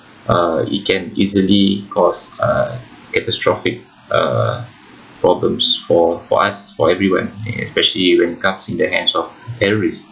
uh it can easily cause uh catastrophic uh problems for for us for everyone especially when comes in the hands of terrorists